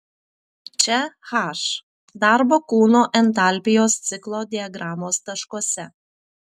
čia h darbo kūnų entalpijos ciklo diagramos taškuose